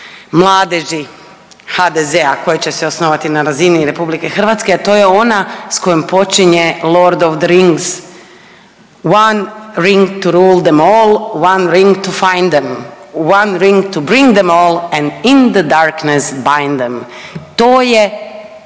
mladeži HDZ-a koje će se osnovati na razini Republike Hrvatske, a to je ona sa kojom počinje lord of the rings one